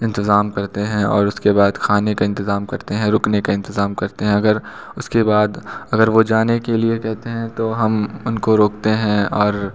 इंतजाम करते हैं और उसके बाद खाने का इंतजाम करते हैं रुकने का इंतजाम करते हैं अगर उसके बाद अगर वह जाने के लिए कहते हैं तो हम उनको रोकते हैं और